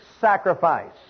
sacrifice